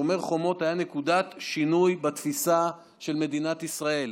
שומר החומות היה נקודת שינוי בתפיסה של מדינת ישראל.